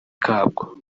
kabwo